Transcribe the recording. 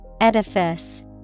Edifice